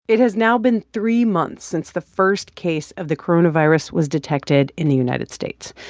it has now been three months since the first case of the coronavirus was detected in the united states.